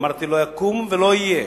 ואמרתי: לא יקום ולא יהיה.